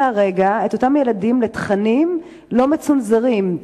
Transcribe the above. הרגע את אותם ילדים לתכנים לא מצונזרים.